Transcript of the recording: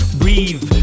breathe